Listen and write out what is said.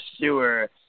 sewer